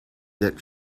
that